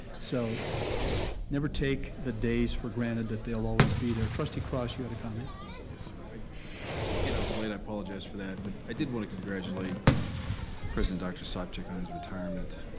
so never take the days for granted that they'll always be there. trustee cross, you had a comment. yes sir. again you know i was late, i apologize for that but i did want to congratulate president dr. sopcich on his retirement.